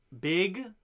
big